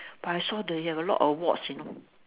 but I saw the they have a lot of awards you know